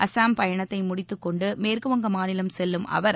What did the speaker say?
அசாம் பயணத்தை முடித்துக்கொண்டு மேற்குவங்க மாநிலம் செல்லும் அவர்